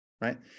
right